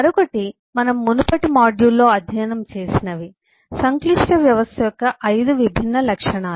మరొకటి మనం మునుపటి మాడ్యూల్లో అధ్యయనం చేసినవి సంక్లిష్ట వ్యవస్థ యొక్క 5 విభిన్న లక్షణాలు